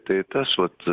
tai tas vat